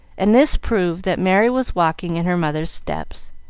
and this proved that merry was walking in her mother's steps,